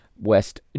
West